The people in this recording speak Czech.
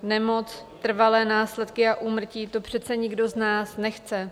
Nemoc, trvalé následky a úmrtí to přece nikdo z nás nechce.